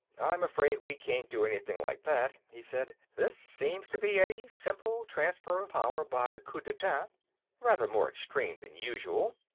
i'm afraid we can't do anything like that, he said. this seems to be a simple transfer of power by coup-d'etat rather more extreme than usual,